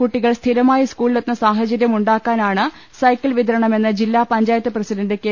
കുട്ടികൾ സ്ഥിരമായി സ്കൂളിലെത്തുന്ന സാഹചര്യം ഉണ്ടാ ക്കാനാണ് സൈക്കിൾ വിതരണമെന്ന് ജില്ലാപഞ്ചായത്ത് പ്രസിഡന്റ് കെ